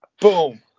Boom